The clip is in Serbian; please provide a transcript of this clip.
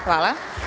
Hvala.